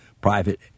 private